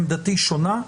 עמדתי שונה.